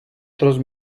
otros